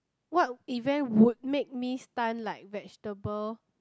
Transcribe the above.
what event would make me stunt like vegetable